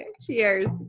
cheers